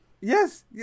Yes